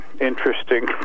Interesting